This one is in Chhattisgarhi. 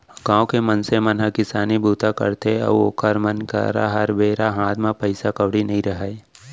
गाँव के मनसे मन ह किसानी बूता करथे अउ ओखर मन करा हर बेरा हात म पइसा कउड़ी नइ रहय